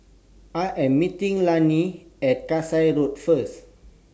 I Am meeting Lanny At Kasai Road First